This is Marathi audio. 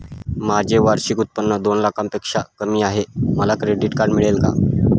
माझे वार्षिक उत्त्पन्न दोन लाखांपेक्षा कमी आहे, मला क्रेडिट कार्ड मिळेल का?